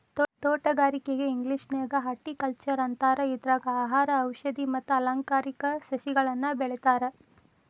ತೋಟಗಾರಿಕೆಗೆ ಇಂಗ್ಲೇಷನ್ಯಾಗ ಹಾರ್ಟಿಕಲ್ಟ್ನರ್ ಅಂತಾರ, ಇದ್ರಾಗ ಆಹಾರ, ಔಷದಿ ಮತ್ತ ಅಲಂಕಾರಿಕ ಸಸಿಗಳನ್ನ ಬೆಳೇತಾರ